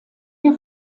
der